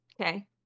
Okay